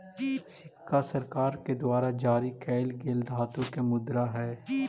सिक्का सरकार के द्वारा जारी कैल गेल धातु के मुद्रा हई